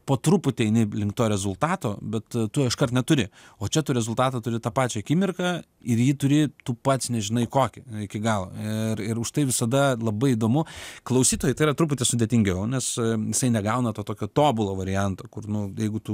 po truputį eini link to rezultato bet tu iškart neturi o čia tu rezultatą turi tą pačią akimirką ir jį turi tu pats nežinai kokį iki galo ir ir už tai visada labai įdomu klausytojui tai yra truputį sudėtingiau nes jisai negauna to tokio tobulo varianto kur nu jeigu tu